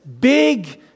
big